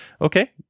okay